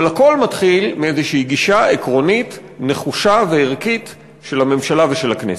אבל הכול מתחיל מגישה עקרונית נחושה וערכית של הממשלה ושל הכנסת.